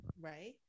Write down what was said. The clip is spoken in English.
right